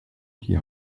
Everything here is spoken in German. die